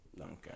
Okay